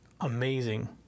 amazing